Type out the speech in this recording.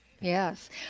yes